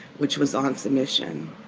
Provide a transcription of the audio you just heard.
which was on submission,